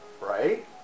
right